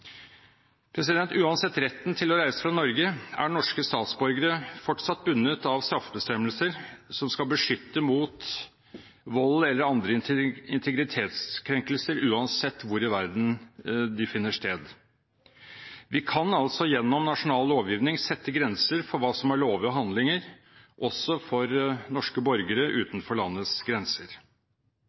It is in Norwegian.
Uansett retten til å reise fra Norge er norske statsborgere fortsatt bundet av straffebestemmelser som skal beskytte mot vold eller andre integritetskrenkelser, uansett hvor i verden de finner sted. Vi kan altså gjennom nasjonal lovgivning sette grenser for hva som er lovlige handlinger, også for norske borgere utenfor landets grenser.